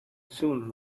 soon